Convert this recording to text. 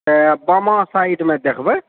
तऽ बामा साइडमे देखबै